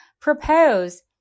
Propose